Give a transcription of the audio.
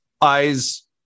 eyes